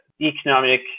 economic